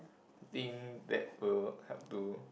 think that will help to